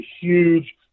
huge